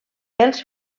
pels